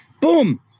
Boom